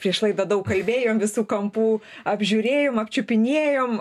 prieš laidą daug kalbėjom visų kampų apžiūrėjom apčiupinėjom